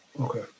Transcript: okay